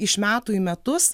iš metų į metus